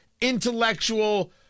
intellectual